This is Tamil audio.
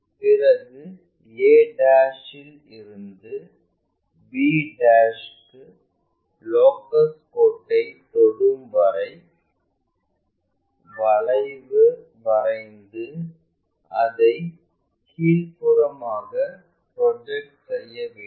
பிறகு a இல் இருந்து b க்கு லோக்கஸ் கோடை தொடும் வரை வளைவு வரைந்து அதை கீழ்ப்புறமாக ப்ரொஜெக்ட் செய்ய வேண்டும்